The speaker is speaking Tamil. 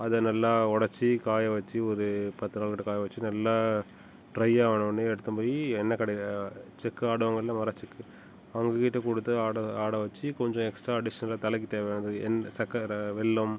அதை நல்லா உடச்சு காய வச்சு ஒரு பத்து நாள்கிட்ட காய வச்சு நல்லா ட்ரை ஆனவொடன்னே எடுத்துன்னு போய் எண்ணெ கடையில் செக்கு ஆடுவாங்கள் இல்லை மரச்செக்கு அவங்ககிட்ட கொடுத்து ஆட ஆட வச்சு கொஞ்சம் எக்ஸ்ட்டா ஆடிஷ்னலாக தலைக்கு தேவையானது எந் சக்கரை வெல்லம்